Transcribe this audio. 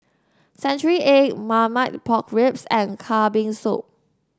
Century Egg Marmite Pork Ribs and Kambing Soup